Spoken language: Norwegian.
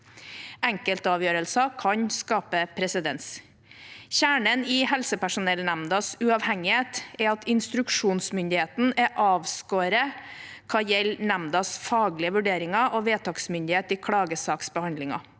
Enkeltavgjørelser kan skape presedens. Kjernen i helsepersonellnemndas uavhengighet er at instruksjonsmyndigheten er avskåret hva gjelder nemndas faglige vurderinger og vedtaksmyndighet i